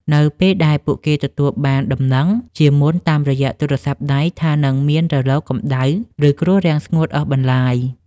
នៅពេលដែលពួកគេទទួលបានដំណឹងជាមុនតាមរយៈទូរស័ព្ទដៃថានឹងមានរលកកម្ដៅ ឬគ្រោះរាំងស្ងួតអូសបន្លាយ។